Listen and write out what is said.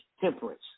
temperance